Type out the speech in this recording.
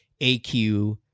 AQ